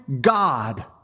God